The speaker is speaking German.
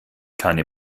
keine